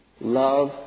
Love